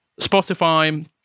Spotify